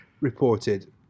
reported